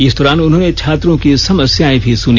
इस दौरान उन्होंने छात्रों की सस्याएं भी सुनी